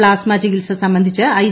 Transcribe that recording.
പ്താസ്മ ചികിൽസ സംബന്ധിച്ച് ഐ